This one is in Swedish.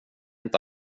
inte